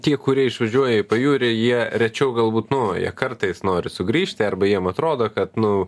tie kurie išvažiuoja į pajūrį jie rečiau galbūt nu jie kartais nori sugrįžti arba jiem atrodo kad nu